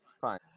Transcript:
fine